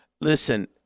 listen